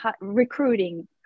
recruiting